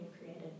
created